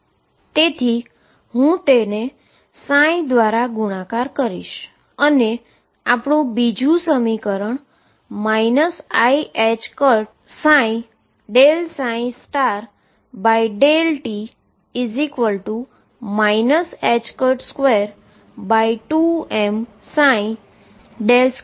તેથી હું તેને હુ દ્વારા ગુણાકાર કરીશ અને આપણે આપણુ બીજુ સમીકરણ iℏψ∂t 22m2x2Vxψ થશે